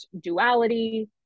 duality